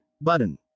button